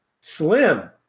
Slim